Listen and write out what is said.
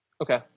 Okay